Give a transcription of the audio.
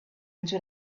into